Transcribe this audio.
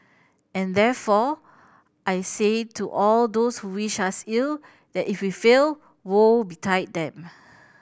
and therefore I say to all those who wish us ill that if we fail woe betide them